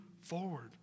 forward